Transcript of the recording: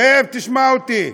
שב ותשמע אותי.